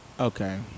Okay